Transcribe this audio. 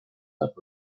but